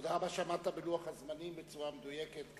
תודה רבה על שעמדת בלוח הזמנים בצורה מדויקת.